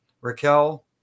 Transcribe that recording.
Raquel